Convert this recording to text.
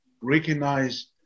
recognize